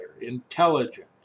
intelligent